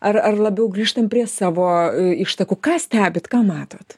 ar ar labiau grįžtam prie savo ištakų ką stebit ką matot